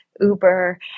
Uber